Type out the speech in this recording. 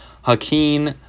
Hakeem